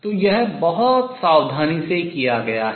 तो यह बहुत सावधानी से किया गया है